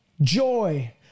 joy